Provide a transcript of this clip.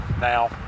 now